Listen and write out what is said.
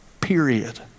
period